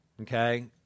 Okay